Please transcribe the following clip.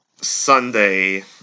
Sunday